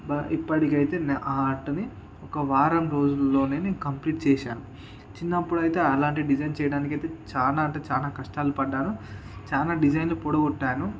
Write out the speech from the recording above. బ ఇప్పటికైతే నేను ఆ ఆర్ట్ని ఒక వారం రోజుల్లోనే నేను కంప్లీట్ చేశాను చిన్నప్పుడు అయితే అలాంటి డిజైన్ చేయడానికైతే చాలా అంటే చాలా కష్టాలు పడ్డాను చాలా డిజైన్లు పోగొట్టాను